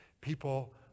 People